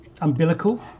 umbilical